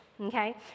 Okay